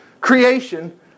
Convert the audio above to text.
creation